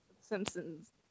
Simpsons